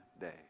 Day